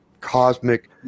cosmic